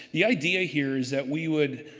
the idea here is that we would